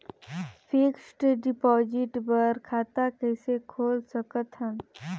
Fixed deposit बर खाता कइसे खोल सकत हन?